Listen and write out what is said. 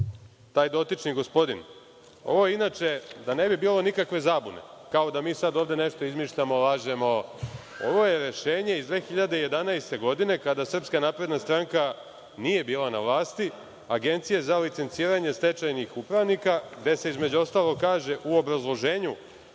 taj dotični gospodin. Ovo je inače, da ne bi bilo nikakve zabune, kao da mi sad ovde nešto izmišljamo, lažemo. Ovo je rešenje iz 2011. godine kada SNS nije bila na vlasti Agencije za licenciranje stečajnih upravnika, gde se između ostalog kaže u obrazloženju